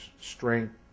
strength